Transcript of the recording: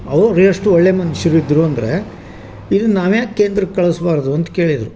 ಅವ್ರು ಎಷ್ಟು ಒಳ್ಳೆಯ ಮನ್ಷ್ಯರು ಇದ್ದರು ಅಂದರೆ ಇದನ್ನು ನಾವ್ಯಾಕೆ ಕೇಂದ್ರಕ್ಕೆ ಕಳಿಸ್ಬಾರ್ದು ಅಂತ ಕೇಳಿದರು